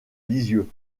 lisieux